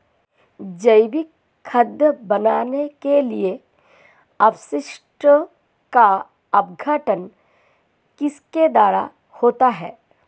जैविक खाद बनाने के लिए अपशिष्टों का अपघटन किसके द्वारा होता है?